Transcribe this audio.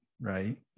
right